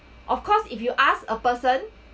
of course if you ask a person